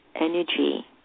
energy